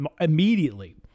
immediately